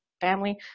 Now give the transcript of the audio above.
family